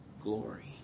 glory